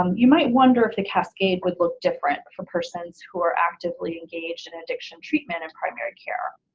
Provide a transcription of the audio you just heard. um you might wonder if the cascade would look different for persons who are actively engaged in addiction treatment in primary care,